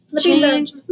Change